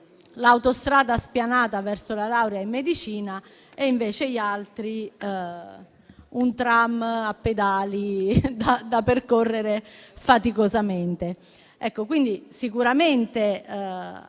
l'autostrada spianata verso la laurea in medicina e invece gli altri un tram a pedali da percorrere faticosamente.